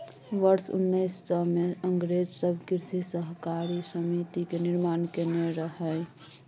वर्ष उन्नैस सय मे अंग्रेज सब कृषि सहकारी समिति के निर्माण केने रहइ